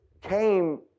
came